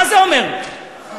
מה זה אומר לו?